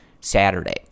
Saturday